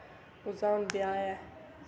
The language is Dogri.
उसदा हून ब्याह् ऐ